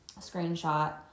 screenshot